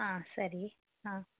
ಹಾಂ ಸರಿ ಹಾಂ